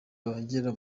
abagera